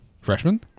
Freshman